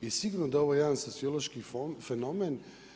I sigurno da je ovo jedan sociološki fenomen.